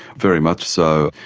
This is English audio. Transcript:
very much so.